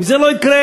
אם זה לא יקרה,